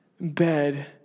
bed